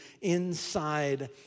inside